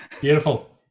Beautiful